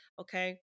Okay